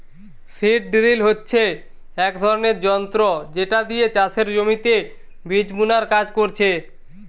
seed drill হচ্ছে এক ধরণের যন্ত্র যেটা দিয়ে চাষের জমিতে বীজ বুনার কাজ করছে